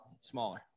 smaller